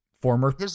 Former